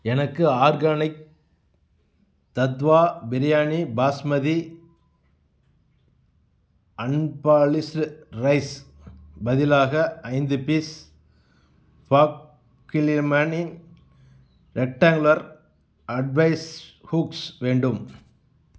எனக்கு ஆர்கானிக் தத்துவா biryani basmati unpolished rice பதிலாக ஐந்து பீஸ் பாக்கிலிமனி ரெக்டேங்குலர் அட்வைஸ் ஹூக்ஸ் வேண்டும்